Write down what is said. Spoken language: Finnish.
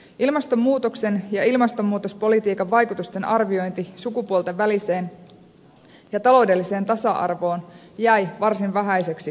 ilmastonmuutoksen ja ilmastonmuutospolitiikan vaikutusten arviointi suhteessa sukupuolten väliseen ja taloudelliseen tasa arvoon jäi varsin vähäiseksi selonteossa